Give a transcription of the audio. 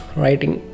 writing